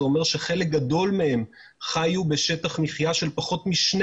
זה אומר שחלק גדול מהם חיו בשטח מחיה של פחות משני